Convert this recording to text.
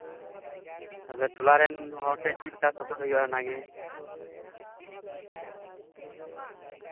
ᱟᱫᱚ ᱴᱚᱞᱟᱨᱮᱱ ᱦᱚᱲᱛᱮ ᱪᱮᱫᱞᱮᱠᱟ ᱠᱚ ᱠᱟᱛᱷᱟᱭᱫᱟ ᱚᱱᱟᱜᱮ